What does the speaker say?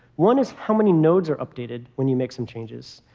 one is how many nodes are updated when you make some changes.